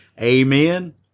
amen